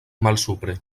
malsupre